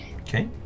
Okay